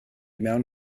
mewn